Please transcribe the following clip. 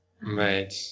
Right